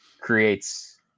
creates